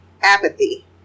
apathy